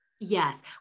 Yes